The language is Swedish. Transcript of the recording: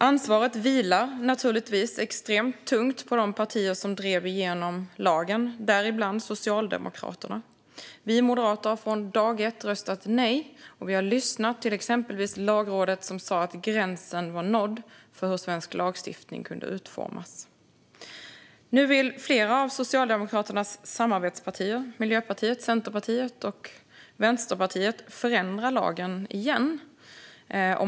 Ansvaret vilar naturligtvis extremt tungt på de partier som drev igenom lagen, däribland Socialdemokraterna. Vi moderater har från dag ett röstat nej. Vi har lyssnat på exempelvis Lagrådet, som sa att gränsen var nådd för hur svensk lagstiftning kunde utformas. Nu vill flera av Socialdemokraternas samarbetspartier - Miljöpartiet, Centerpartiet och Vänsterpartiet - förändra lagen igen.